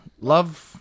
Love